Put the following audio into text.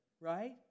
right